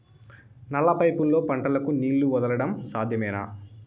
నల్ల పైపుల్లో పంటలకు నీళ్లు వదలడం సాధ్యమేనా?